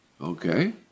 Okay